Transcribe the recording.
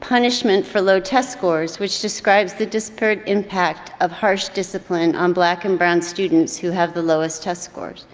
punishment for low test scores which describes the disparate impact of harsh discipline on black and brown students who have the lowest test scores